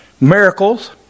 miracles